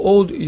Old